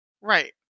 Right